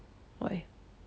why